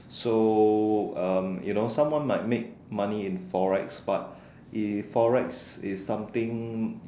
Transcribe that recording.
so um you know someone might make money in Forex but if Forex is something